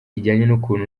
n’ukuntu